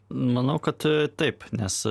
manau kad taip nes